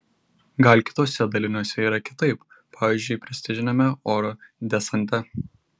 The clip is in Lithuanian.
gal kituose daliniuose yra kitaip pavyzdžiui prestižiniame oro desante